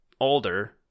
older